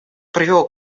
привел